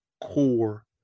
core